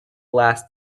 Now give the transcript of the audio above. last